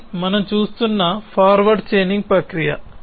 ఇది మనం చూస్తున్న ఫార్వర్డ్ చైనింగ్ ప్రక్రియ